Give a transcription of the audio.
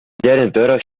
тӑрӑх